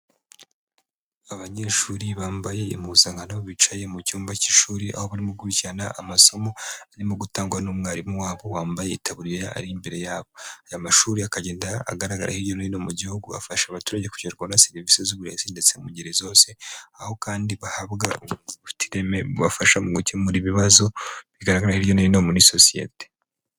Abanyeshuri bambaye impuzankano bicaye mu cyumba cy’ishuri, aho barimo gukurikirana amasomo arimo gutangwa n’umwarimu wabo wambaye itaburiya, ari imbere yabo. Aya mashuri akagenda agaragara hirya no hino mu gihugu, afasha abaturage kugerwaho na serivisi z’uburezi, ndetse mu ngeri zose. Aho kandi, bahabwa uburezi bufite ireme bubafasha mu gukemura ibibazo bigaragara hirya no hino muri sosiyete.